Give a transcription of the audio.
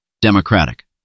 Democratic